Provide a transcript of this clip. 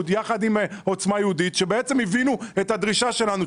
יחד עם עוצמה יהודית שהבינו את הדרישה שלנו,